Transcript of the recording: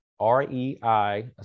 rei